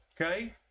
Okay